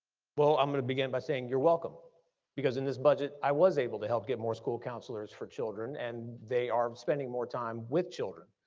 well, i'm gonna begin by saying you're welcome because in this budget, i was able to help get more school counselors for children, and they are spending more time with children.